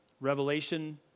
Revelation